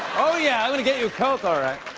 oh, yeah, i'm going to get you a coke, all right.